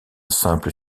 simple